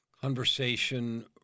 conversation